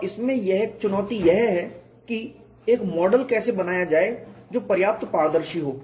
और इसमें एक चुनौती यह है कि एक मॉडल कैसे बनाया जाए जो पर्याप्त पारदर्शी हो